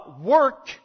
work